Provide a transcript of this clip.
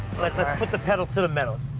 like let's put the pedal to the metal.